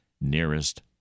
nearest